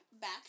back